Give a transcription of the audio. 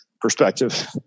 perspective